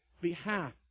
behalf